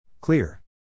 Clear